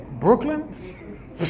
Brooklyn